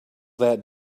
that